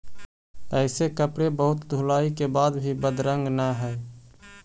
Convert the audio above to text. ऐसे कपड़े बहुत धुलाई के बाद भी बदरंग न हई